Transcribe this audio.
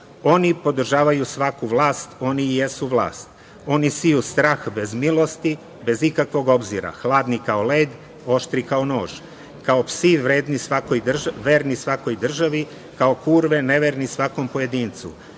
oni podržavaju svaku vlast, oni i jesu vlast, oni seju strah bez milosti, bez ikakvog obzira, hladni kao led, oštri kao nož, kao psi verni svakoj državi, kao kurve neverni svakom pojedincu,